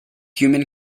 human